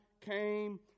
came